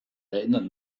erinnert